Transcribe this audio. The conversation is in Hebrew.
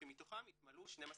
שמתוכם התמלאו 12 תקנים.